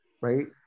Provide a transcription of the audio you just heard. right